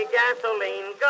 gasoline